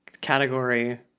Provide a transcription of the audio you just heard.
category